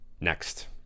next